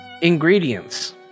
ingredients